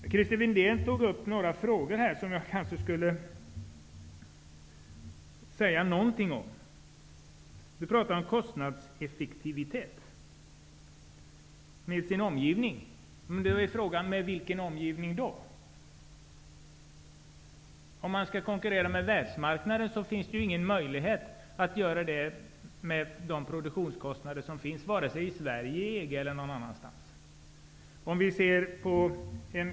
Christer Windén tog upp några frågor som jag kanske skall säga något om. Han pratade om kostnadseffektivitet gentemot omgivningen. Men då är frågan: vilken omgivning? Det finns ingen möjlighet att konkurrera med världsmarknaden med de produktionskostnader som finns nu -- inte vara sig i Sverige, EG eller någon annanstans.